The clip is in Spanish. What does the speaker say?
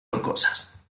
rocosas